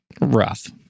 rough